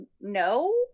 no